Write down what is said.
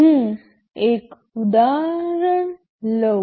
હું એક ઉદાહરણ લઉં